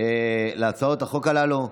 להצעות החוק הללו.